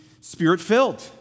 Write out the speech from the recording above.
spirit-filled